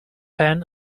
pen